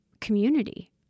community